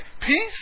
peace